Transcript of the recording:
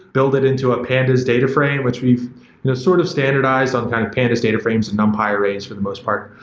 built it into a pandas data frame, which we've you know sort of standardized on kind of pandas data frames and numpy arrays for the most part,